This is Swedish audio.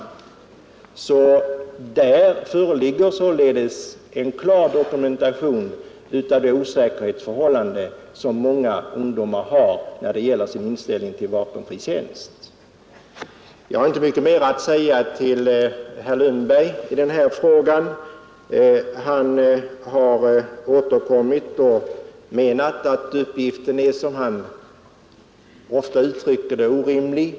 Där föreligger således en klar dokumentation av den osäkerhet som många ungdomar upplever när det gäller sin inställning till vapenfri tjänst. Jag har inte mycket mera att säga till herr Lundberg i denna fråga. Han har återkommit och menat att uppgiften är, som han ofta uttrycker det, orimlig.